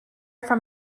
from